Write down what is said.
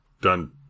done